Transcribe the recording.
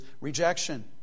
rejection